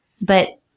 But-